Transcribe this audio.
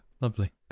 Lovely